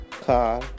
car